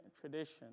tradition